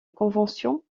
convention